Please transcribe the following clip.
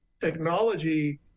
technology